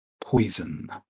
Poison